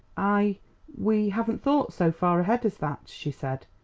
i we haven't thought so far ahead as that, she said.